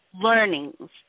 learnings